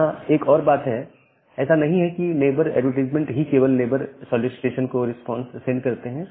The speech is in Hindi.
यहां एक और बात है ऐसा नहीं है कि नेबर एडवरटाइजमेंट advertisement0 ही केवल नेबर सॉलीसिटेशन को रिस्पांस सेंड करते हैं